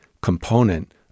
component